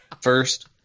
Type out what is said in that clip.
first